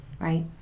right